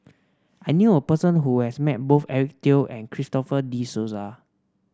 I knew a person who has met both Eric Teo and Christopher De Souza